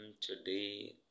today